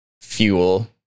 fuel